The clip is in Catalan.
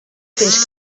fins